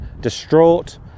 distraught